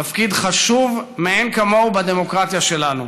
תפקיד חשוב מאין כמוהו בדמוקרטיה שלנו,